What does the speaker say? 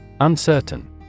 Uncertain